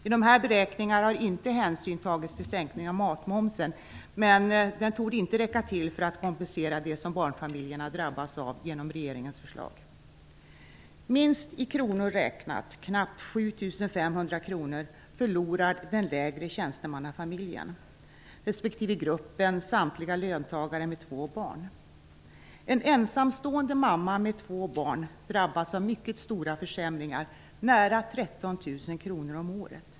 I de här beräkningarna har inte hänsyn tagits till sänkningen av matmomsen, men den torde inte räcka till för att kompensera det som barnfamiljerna drabbas av genom regeringens förslag. Minst i kronor räknat - knappt 7 500 kr - förlorar den lägre tjänstemannafamiljen resp. gruppen samtliga löntagare med två barn. En ensamstående mamma med två barn drabbas av mycket stora försämringar, nära 13 000 kr om året.